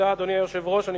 אדוני היושב-ראש, תודה.